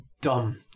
dumb